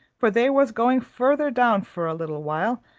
for they was going further down for a little while,